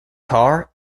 car